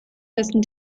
dessen